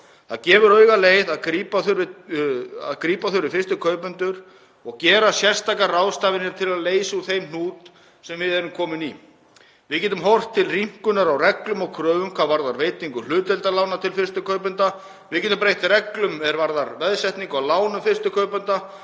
Það gefur augaleið að grípa þurfi fyrstu kaupendur og gera sérstakar ráðstafanir til að leysa úr þeim hnút sem við erum komin í. Við getum horft til rýmkunar á reglum og kröfum hvað varðar veitingu hlutdeildarlána til fyrstu kaupenda. Við getum breytt reglum er varða veðsetningu á lánum fyrstu kaupenda